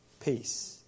peace